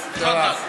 תפדל.